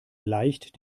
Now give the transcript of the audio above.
leicht